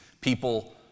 People